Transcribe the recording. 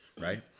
right